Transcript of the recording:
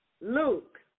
Luke